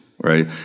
right